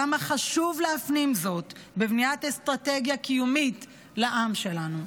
כמה חשוב להפנים זאת בבניית אסטרטגיה קיומית לעם שלנו.